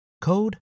code